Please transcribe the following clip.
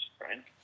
right